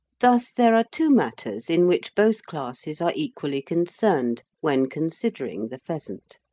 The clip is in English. thus there are two matters in which both classes are equally concerned when considering the pheasant.